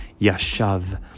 Yashav